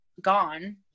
gone